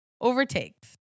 overtakes